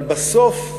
אבל בסוף,